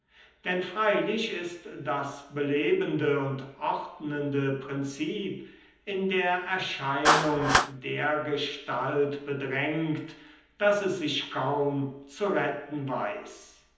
denn freilich ist das belebende und ordnende prinzip in der erscheinung dergestalt bedrängt daß es sich kaum zu retten weiß